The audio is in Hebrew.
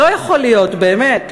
לא יכול להיות, באמת.